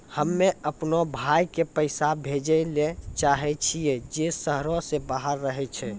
हम्मे अपनो भाय के पैसा भेजै ले चाहै छियै जे शहरो से बाहर रहै छै